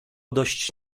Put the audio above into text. dość